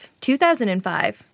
2005